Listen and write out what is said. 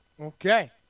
Okay